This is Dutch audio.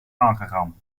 aangegaan